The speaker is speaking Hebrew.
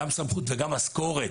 גם סמכות וגם משכורת,